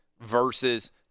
versus